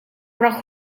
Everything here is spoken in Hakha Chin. rak